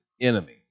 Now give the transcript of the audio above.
enemy